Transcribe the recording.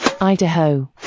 Idaho